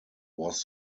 was